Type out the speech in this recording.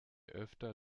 öfter